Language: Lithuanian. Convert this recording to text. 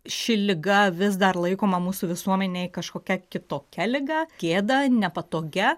ši liga vis dar laikoma mūsų visuomenėje kažkokia kitokia liga gėda nepatogia